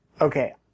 okay